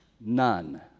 none